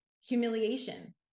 humiliation